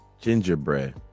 Gingerbread